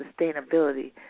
sustainability